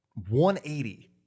180